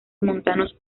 montanos